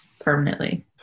permanently